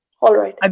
all right. um